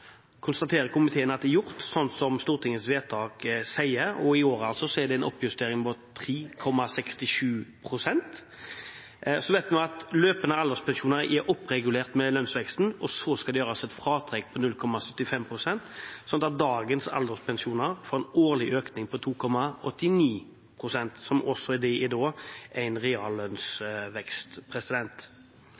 konstaterer at det er gjort slik som Stortingets vedtak sier. I år er det en oppjustering på 3,67 pst. Løpende alderspensjoner blir regulert med lønnsveksten. Så skal det gjøres et fratrekk på 0,75 pst, slik at dagens alderspensjonister får en årlig økning på 2,89 pst., som også er en reallønnsvekst.